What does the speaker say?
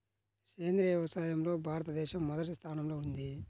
సేంద్రీయ వ్యవసాయంలో భారతదేశం మొదటి స్థానంలో ఉంది